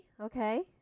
Okay